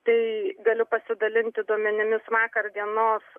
tai galiu pasidalinti duomenimis vakar dienos